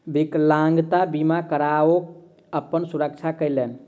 विकलांगता बीमा करा के ओ अपन सुरक्षा केलैन